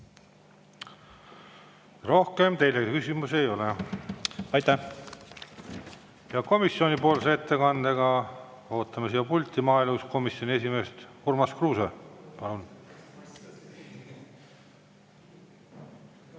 Rohkem teile küsimusi ei ole. Komisjonipoolse ettekandega ootame siia pulti maaelukomisjoni esimeest Urmas Kruuset.